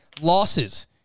losses